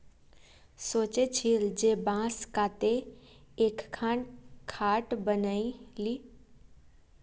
सोचे छिल जे बांस काते एकखन खाट बनइ ली